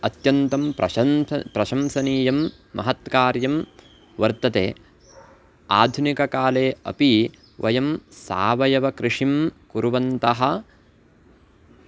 अत्यन्तं प्रशन् प्रशंसनीयं महत्कार्यं वर्तते आधुनिककाले अपि वयं सावयवकृषिं कुर्वन्तः